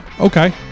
okay